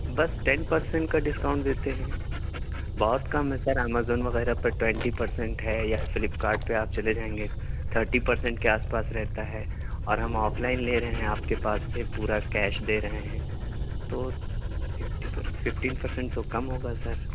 بس ten percent کا discount دیتے ہیں بہت کم ہے سر امیزون وغیرہ پر ٹوینٹی پرسنٹ ہے یا فلپکارٹ پہ آپ چلے جائیں گے تھرٹی پرسنٹ کے آس پاس رہتا ہے اور ہم آف لائن لے رہے ہیں آپ کے پاس سے پورا کیش دے رہے ہیں تو ففٹی پرسینٹ ففٹین پرسنٹ تو کم ہوگا سر